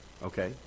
okay